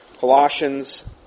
Colossians